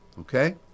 Okay